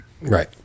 right